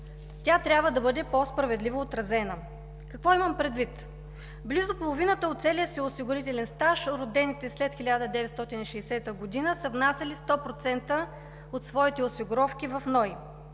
Тя трябва да бъде отразена по-справедливо. Какво имам предвид? Близо половината от целия си осигурителен стаж, родените след 1960 г. са внасяли 100% от своите осигуровки в НОИ.